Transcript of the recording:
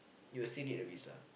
you'll still need a visa